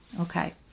Okay